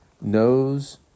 knows